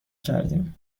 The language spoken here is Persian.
کردیم